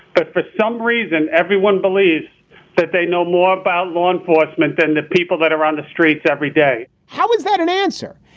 but for some reason, everyone believes that they know more about law enforcement than the people that are on the streets every day how is that an answer?